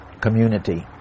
community